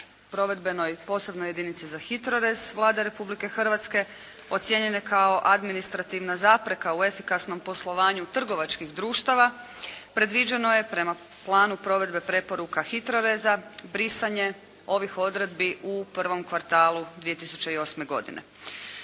provedbenoj posebnoj jedinici za HITRORez Vlade Republike Hrvatske ocijenjen je kao administrativna zapreka u efikasnom poslovanju trgovačkih društava. Predviđeno je prema planu provedbe preporuka HITROReza brisanje ovih odredbi u prvom kvartalu 2008. godine.